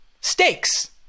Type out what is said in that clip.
Stakes